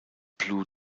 blue